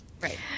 Right